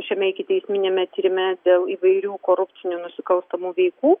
šiame ikiteisminiame tyrime dėl įvairių korupcinių nusikalstamų veikų